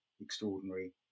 extraordinary